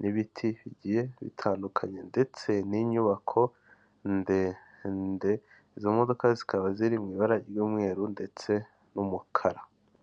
n'ibiti bigiye bitandukanye ndetse n'inyubako ndende, izo modoka zikaba ziri mu ibara ry'umweru ndetse n'umukara.